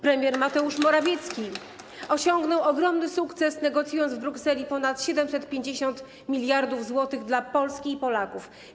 Premier Mateusz Morawiecki osiągnął ogromny sukces, negocjując w Brukseli ponad 750 mld zł dla Polski i Polaków.